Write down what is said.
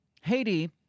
Haiti